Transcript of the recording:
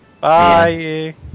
Bye